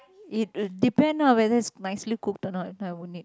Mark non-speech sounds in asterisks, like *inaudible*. it *noise* depend lah whether it's nicely cooked or not if not I won't eat